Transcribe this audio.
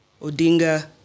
Odinga